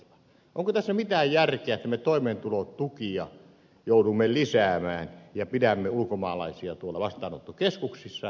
onko tässä mitään järkeä että me toimeentulotukia joudumme lisäämään ja pidämme ulkomaalaisia tuolla vastaanottokeskuksissa joutilaana